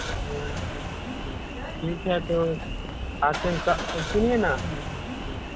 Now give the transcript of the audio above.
ठीक है तो आते हैं क इसक सुनिए ना